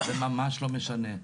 זה ממש לא משנה,